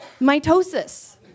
Mitosis